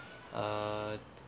uh